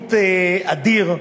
בעיוות אדיר,